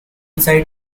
site